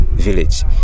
village